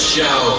Show